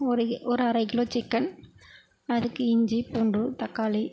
ஒரு கி ஒரு அரை கிலோ சிக்கன் அதுக்கு இஞ்சி பூண்டு தக்காளி